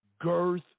girth